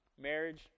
Marriage